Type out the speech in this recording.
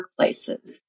workplaces